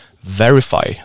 verify